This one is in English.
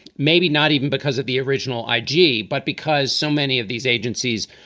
maybe not even because of the original i g. but because so many of these agencies